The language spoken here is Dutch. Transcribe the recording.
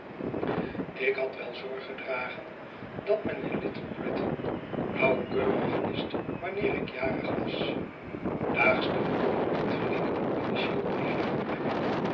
ik had wel zorg gedragen dat men in little britain nauwkeurig wist wanneer ik jarig was daags te voren ontving ik een officieel briefje van